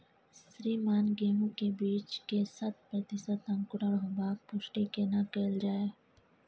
श्रीमान गेहूं के बीज के शत प्रतिसत अंकुरण होबाक पुष्टि केना कैल जाय?